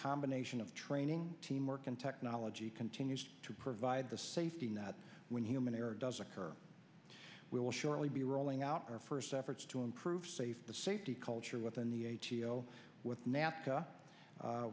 combination of training teamwork and technology continues to provide the safety net when human error does occur we will shortly be rolling out our first efforts to improve safe the safety culture within the a t o with nafta